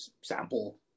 sample